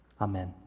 Amen